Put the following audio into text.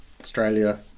Australia